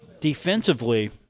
defensively